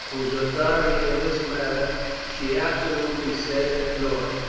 whose authority in this matter she absolutely set at naught.